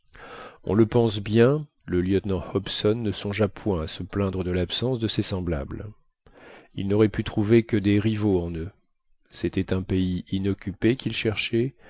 on le pense bien le lieutenant hobson ne songea point à se plaindre de l'absence de ses semblables il n'aurait pu trouver que des rivaux en eux c'était un pays inoccupé qu'il cherchait